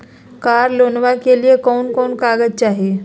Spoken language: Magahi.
कार लोनमा के लिय कौन कौन कागज चाही?